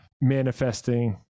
manifesting